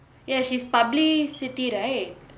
ya she's publicity right